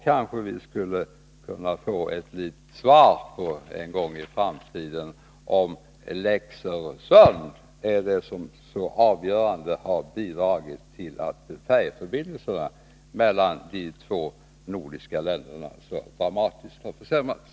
Kanske vi skulle kunna få svar på en gång i framtiden, om lex Öresund är det som har bidragit till att färjeförbindelserna mellan de två nordiska länderna så dramatiskt har försämrats.